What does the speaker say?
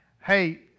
Hey